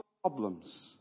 problems